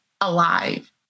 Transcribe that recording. alive